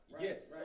yes